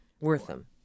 Wortham